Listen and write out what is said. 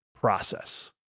process